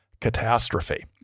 catastrophe